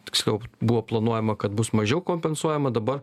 tiksliau buvo planuojama kad bus mažiau kompensuojama dabar